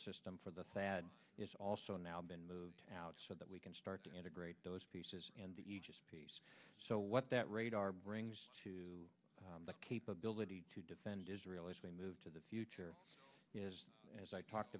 system for the fad is also now been moved out so that we can start to integrate those pieces and the aegis piece so what that radar brings to the capability to defend israel as we move to the future is as i talked